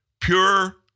Pure